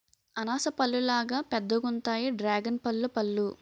అనాస పల్లులాగా పెద్దగుంతాయి డ్రేగన్పల్లు పళ్ళు